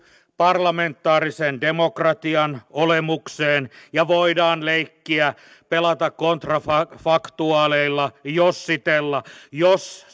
parlamentaarisen demokratian olemukseen ja voidaan leikkiä pelata kontrafaktuaaleilla jossitella jos